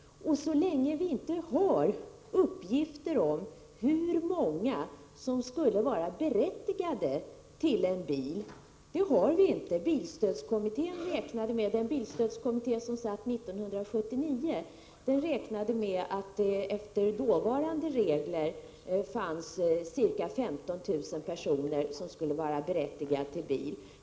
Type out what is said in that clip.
Den bilstödskommitté som satt 1979 räknade med att enligt dåvarande regler skulle ca 15 000 personer vara berättigade till bil.